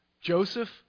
Joseph